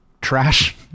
trash